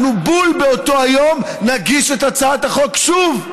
בול באותו היום נגיש את הצעת החוק שוב,